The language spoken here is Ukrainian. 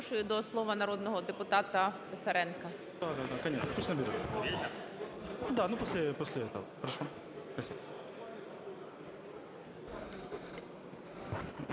Дякую.